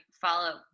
follow